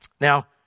Now